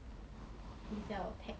okay 还有什么 question 没有 liao